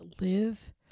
live